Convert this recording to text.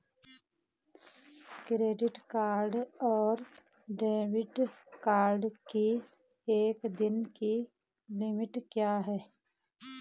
Credit card और debit card की एक दिन की लिमिट क्या है?